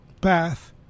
path